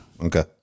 Okay